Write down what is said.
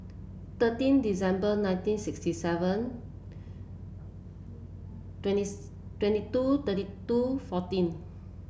thirteen December nineteen sixty seven twenty twenty two thirty two fourteen